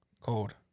Cold